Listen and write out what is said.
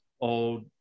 old